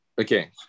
okay